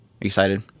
excited